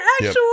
Actual